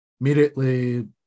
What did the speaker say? immediately